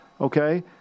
okay